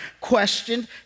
questioned